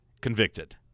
convicted